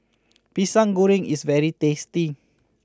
Pisang Goreng is very tasty